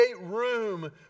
room